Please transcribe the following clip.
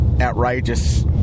outrageous